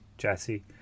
jesse